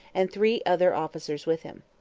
and three other officers with him.